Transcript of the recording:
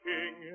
King